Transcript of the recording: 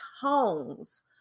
tones